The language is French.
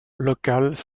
locales